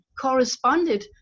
corresponded